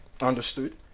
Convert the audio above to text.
understood